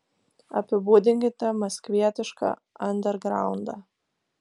apibūdinkite maskvietišką andergraundą